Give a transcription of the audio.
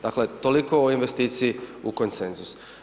Dakle, toliko o investiciji o konsenzusu.